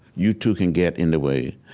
you, too, can get in the way.